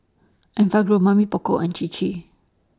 Enfagrow Mamy Poko and Chir Chir